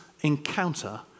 encounter